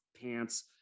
pants